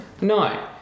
No